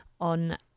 on